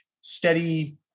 steady